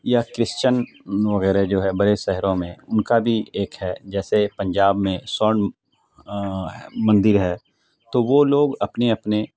یا کرسچن وغیرہ جو ہے بڑے شہروں میں ان کا بھی ایک ہے جیسے پنجاب میں سورن مندر ہے تو وہ لوگ اپنے اپنے